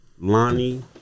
Lonnie